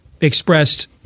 expressed